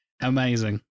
Amazing